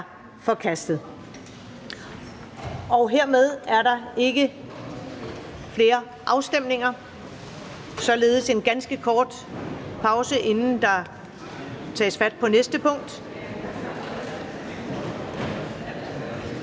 forkastet. Hermed er der ikke flere afstemninger. Således er der en ganske kort pause, inden der tages fat på næste punkt.